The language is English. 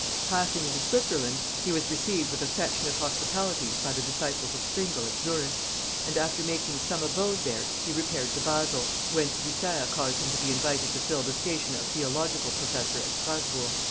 passing into switzerland, he was received with affectionate hospitality by the disciples of zwingle at zurich and after making some abode there he repaired to basil, whence bucer caused him to be invited to fill the station of theological professor at strasburg.